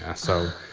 ah so,